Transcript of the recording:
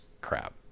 crap